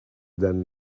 than